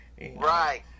Right